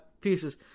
pieces